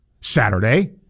Saturday